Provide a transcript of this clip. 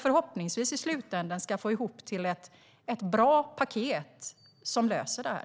Förhoppningsvis ska vi få ihop ett bra paket som löser det här.